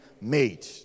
made